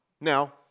Now